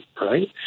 right